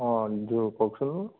অঁ দিওঁ কওকচোন